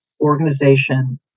organization